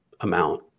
amount